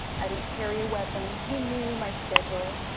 i didn't carry a weapon. he knew my schedule.